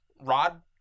Rod